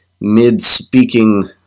mid-speaking